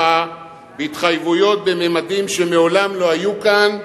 בהתחייבויות בממדים שמעולם לא היו כאן,